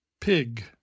pig